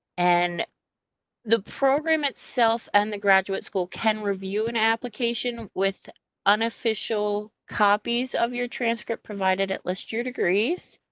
and the program itself and the graduate school can review an application with unofficial copies of your transcript, provided it lists your degrees.